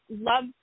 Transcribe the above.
love